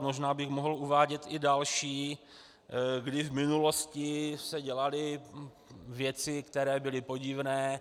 Možná bych mohl uvádět další, kdy v minulosti se dělaly věci, které byly podivné.